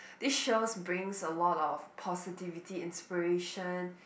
this shows brings a lot of positivity inspiration